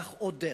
והלך עוד דרך,